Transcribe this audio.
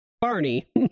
Barney